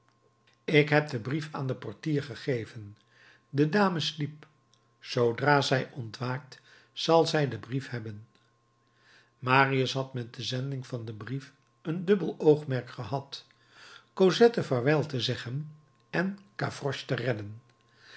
ik heb den brief aan den portier gegeven de dame sliep zoodra zij ontwaakt zal zij den brief hebben marius had met de zending van dien brief een dubbel oogmerk gehad cosette vaarwel te zeggen en gavroche te redden